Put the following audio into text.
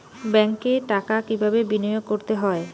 ব্যাংকে টাকা কিভাবে বিনোয়োগ করতে হয়?